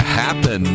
happen